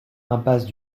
impasse